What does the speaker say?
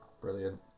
Brilliant